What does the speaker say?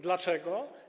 Dlaczego?